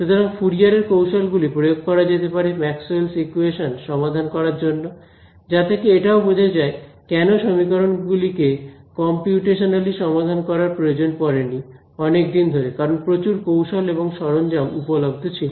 সুতরাং ফুরিয়ার এর কৌশলগুলি প্রয়োগ করা যেতে পারে ম্যাক্সওয়েলস ইকুয়েশনস Maxwell's equations সমাধান করার জন্য যা থেকে এটাও বোঝা যায় কেন সমীকরণ গুলিকে কম্পিউটেশনালই সমাধান করার প্রয়োজন পড়েনি অনেকদিন ধরে কারণ প্রচুর কৌশল এবং সরঞ্জাম উপলব্ধ ছিল